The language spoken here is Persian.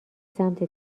سمت